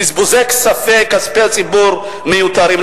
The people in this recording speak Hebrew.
בזבוזי כספי ציבור מיותרים.